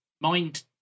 mind